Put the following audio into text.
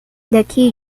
daqui